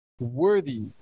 worthy